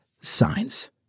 signs